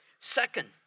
Second